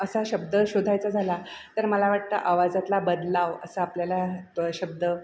असा शब्द शोधायचा झाला तर मला वाटतं आवाजातला बदलाव असा आपल्याला प शब्द